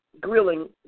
grilling